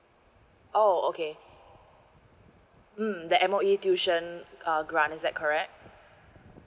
oh okay mm the M_O_E tuition uh grant is that correct